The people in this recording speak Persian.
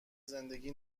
زندگی